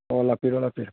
ꯑꯣ ꯂꯥꯛꯄꯤꯔꯣ ꯂꯥꯛꯄꯤꯔꯣ